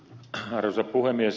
arvoisa puhemies